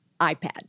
iPad